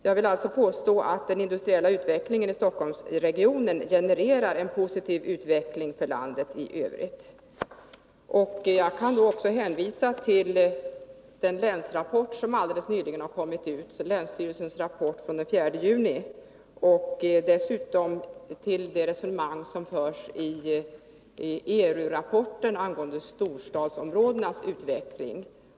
Jag vill alltså påstå att den industriella utvecklingen i Stockholmsregionen genererar en positiv utveckling i övriga delar av landet. Jag kan vidare hänvisa till länsstyrelsens rapport Länsplanering 82 som kom helt nyligen — närmare bestämt den 4 juni — och även till det resonemang som förs i ERU-rapporten En ny storstadsutveckling.